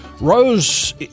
Rose